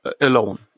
alone